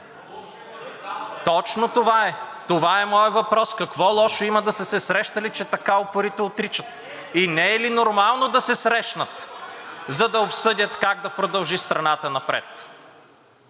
Точно това е, това е моят въпрос. Какво лошо има да са се срещали, че така упорито отричат? И не е ли нормално да се срещнат, за да обсъдят как да продължи страната напред?